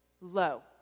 low